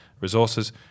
resources